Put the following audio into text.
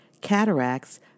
cataracts